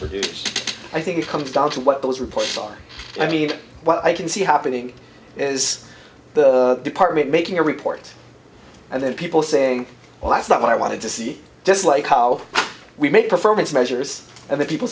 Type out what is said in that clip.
do i think it comes down to what those reports are i mean what i can see happening is the department making a report and then people saying well that's not what i wanted to see just like how we make performance measures and that people